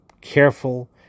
careful